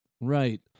Right